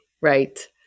Right